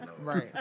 right